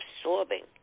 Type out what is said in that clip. absorbing